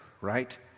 right